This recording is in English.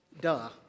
Duh